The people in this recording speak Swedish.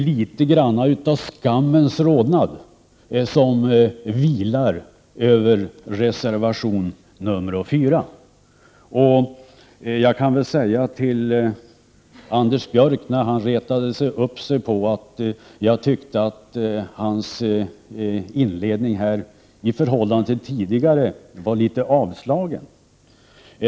Litet grand av skammens rodnad vilar över reservation 4. Anders Björck retade upp sig på att jag tycker att hans inledning i förhållande till tidigare var litet avslagen.